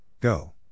go